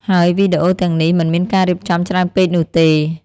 ហើយវីដេអូទាំងនេះមិនមានការរៀបចំច្រើនពេកនោះទេ។